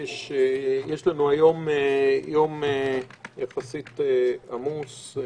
יש לנו היום יום יחסית עמוס,